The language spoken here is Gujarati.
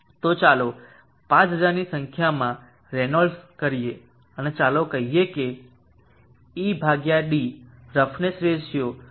તો ચાલો 5000 ની સંખ્યામાં રેનોલ્ડ્સ કરીએ અને ચાલો કહીએ કે ઇ ડી રફનેસ રેશિયો 0